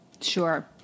Sure